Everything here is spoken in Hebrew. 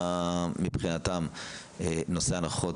אני שומע שמבחינתן הנושא של פערים בהנחות